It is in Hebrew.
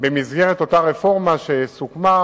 במסגרת אותה רפורמה שסוכמה,